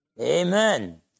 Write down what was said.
Amen